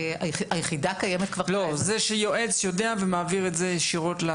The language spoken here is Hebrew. זה שיועץ יודע ומעביר את זה ישירות?